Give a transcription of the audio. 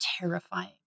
terrifying